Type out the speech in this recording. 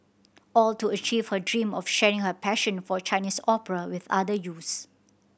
all to achieve her dream of sharing her passion for Chinese opera with other youths